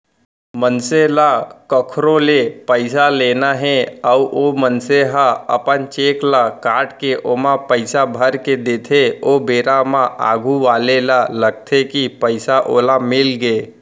मनसे ल कखरो ले पइसा लेना हे अउ ओ मनसे ह अपन चेक ल काटके ओमा पइसा भरके देथे ओ बेरा म आघू वाले ल लगथे कि पइसा ओला मिलगे